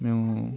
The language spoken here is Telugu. మేము